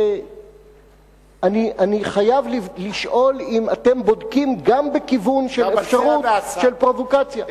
שאני חייב לשאול אם אתם בודקים גם בכיוון של אפשרות של פרובוקציה.